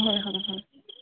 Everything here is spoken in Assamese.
হয় হয় হয়